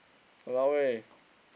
!walao eh!